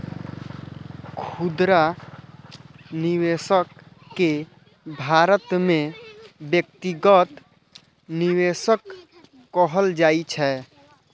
खुदरा निवेशक कें भारत मे व्यक्तिगत निवेशक कहल जाइ छै